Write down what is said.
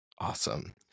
Awesome